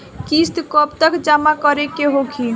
किस्त कब तक जमा करें के होखी?